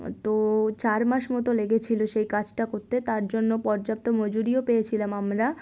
তো চার মাস মতো লেগেছিলো সেই কাজটা করতে তার জন্য পর্যাপ্ত মজুরিও পেয়েছিলাম আমরা